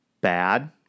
bad